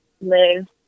live